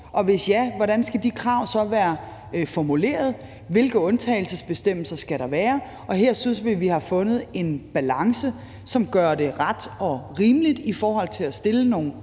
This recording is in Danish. hvordan de krav så skal være formuleret, og hvilke undtagelsesbestemmelser der skal være. Her synes vi, vi har fundet en balance, som gør det ret og rimeligt i forhold til at stille nogle